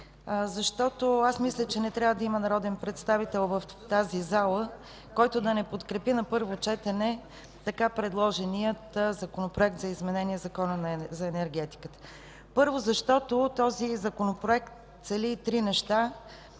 защото аз мисля, че не трябва да има народен представител в тази зала, който да не подкрепи на първо четене така предложения Законопроект за изменение на Закона за енергетиката. Първо, защото този законопроект цели три неща.